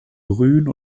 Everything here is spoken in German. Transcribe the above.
grün